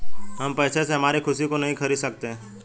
हम पैसे से हमारी खुशी को नहीं खरीदा सकते है